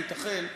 ייתכן,